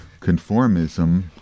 conformism